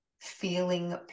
feeling